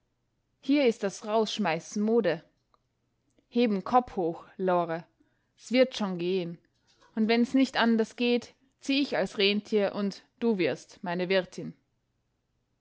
hier ist das rausschmeißen mode heb n kopp hoch lore s wird schon gehen und wenn's nich anders geht zieh ich als rentier und du wirst meine wirtin